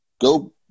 go